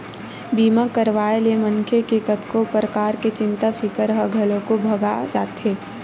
बीमा करवाए ले मनखे के कतको परकार के चिंता फिकर ह घलोक भगा जाथे